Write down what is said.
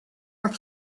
are